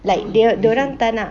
like they dia orang tak nak